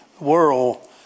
world